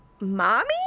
Mommy